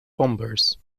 bombers